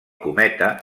cometa